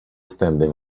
standing